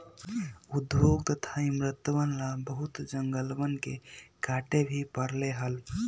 उद्योग तथा इमरतवन ला बहुत जंगलवन के काटे भी पड़ले हल